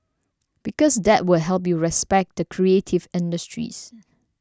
because that will help you respect the creative industries